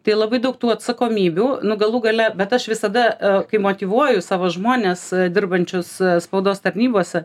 tai labai daug tų atsakomybių nu galų gale bet aš visada kai motyvuoju savo žmones dirbančius spaudos tarnybose